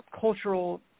cultural